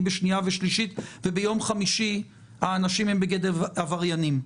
בשנייה ושלישית וביום חמישי האנשים הם בגדר עבריינים.